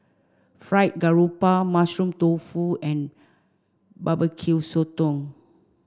Fried Garoupa mushroom tofu and Barbecue Sotong